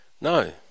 No